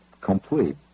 complete